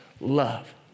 love